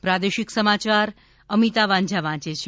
પ્રાદેશિક સમાચાર અમિતા વાંઝા વાંચે છે